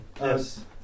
Yes